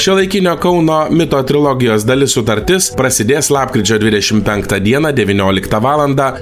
šiuolaikinio kauno mito trilogijos dalis sutartis prasidės lapkričio dvidešim penktą dieną devynioliktą valandą